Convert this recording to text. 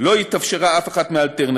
לא התאפשרה אף אחת מהאלטרנטיבות.